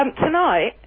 Tonight